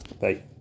Bye